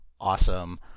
Awesome